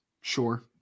Sure